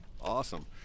awesome